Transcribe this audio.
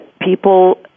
People